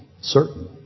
certain